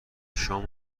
شام